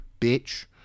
bitch